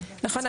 נכון.